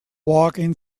walking